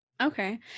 Okay